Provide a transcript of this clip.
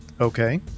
Okay